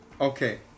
Okay